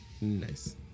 Nice